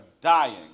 dying